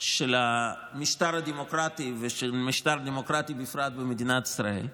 של המשטר הדמוקרטי, בפרט במדינת ישראל.